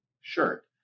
shirt